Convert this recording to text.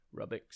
Rubiks